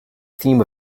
theme